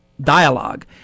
dialogue